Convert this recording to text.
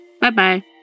Bye-bye